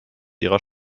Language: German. ihrer